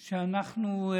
שאנחנו,